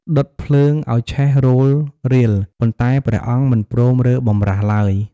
ដុតភ្លើងឲ្យឆេះរោលរាល ប៉ុន្តែព្រះអង្គមិនព្រមរើបម្រាស់ឡើយ។